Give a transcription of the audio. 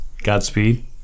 Godspeed